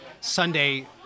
Sunday